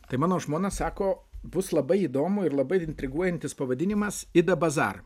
tai mano žmona sako bus labai įdomu ir labai intriguojantis pavadinimas ida basar